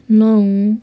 नौ